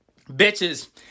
Bitches